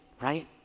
right